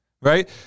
right